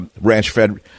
ranch-fed